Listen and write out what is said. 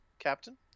Captain